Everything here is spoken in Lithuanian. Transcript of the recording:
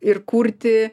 ir kurti